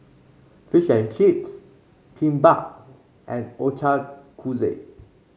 Fish and Chips Kimbap and Ochazuke